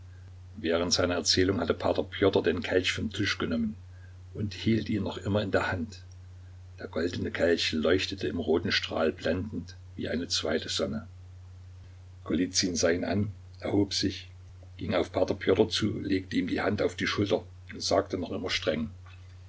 während seiner erzählung hatte p pjotr den kelch vom tisch genommen und hielt ihn noch immer in der hand der goldene kelch leuchtete im roten strahl blendend wie eine zweite sonne golizyn sah ihn an erhob sich ging auf p pjotr zu legte ihm die hand auf die schulter und sagte noch immer streng